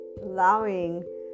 allowing